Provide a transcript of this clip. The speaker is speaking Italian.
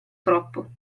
troppo